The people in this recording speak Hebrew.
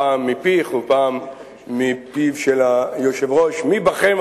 פעם מפיך ופעם מפיו של היושב-ראש: מי בכם,